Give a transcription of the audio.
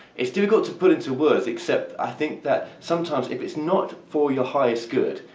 it's difficult to put into words except. i think that sometimes if it's not for your highest good.